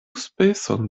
speson